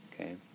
okay